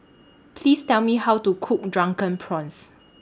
Please Tell Me How to Cook Drunken Prawns